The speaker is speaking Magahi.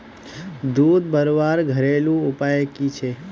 दूध बढ़वार घरेलू उपाय की छे?